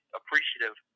appreciative